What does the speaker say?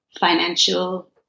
financial